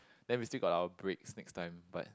then we still got our breaks next time but